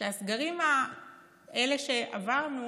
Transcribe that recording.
שהסגרים האלה שעברנו